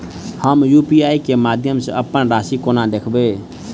हम यु.पी.आई केँ माध्यम सँ अप्पन राशि कोना देखबै?